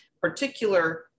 particular